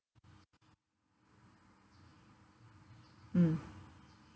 mm